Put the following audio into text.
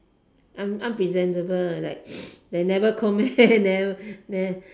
un~ unpresentable like they never comb hair never nev~